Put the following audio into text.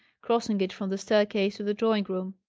crossing it from the staircase to the drawing-room.